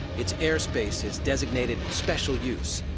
its airspace is designated special use.